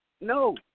No